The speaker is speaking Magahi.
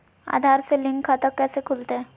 आधार से लिंक खाता कैसे खुलते?